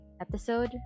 episode